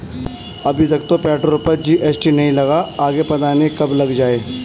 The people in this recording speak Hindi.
अभी तक तो पेट्रोल पर जी.एस.टी नहीं लगा, आगे पता नहीं कब लग जाएं